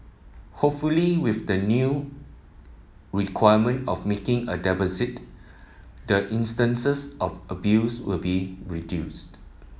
hopefully with the new requirement of making a deposit the instances of abuse will be reduced